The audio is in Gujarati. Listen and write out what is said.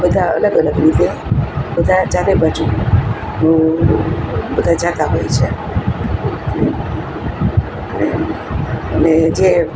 બધા અલગ અલગ રીતે બધા ચારે બાજુનું બધા જતા હોય છે અને જે